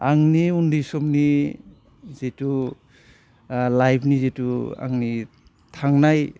आंनि उन्दै समनि जिथु लाइफनि जिथु आंनि थांनाय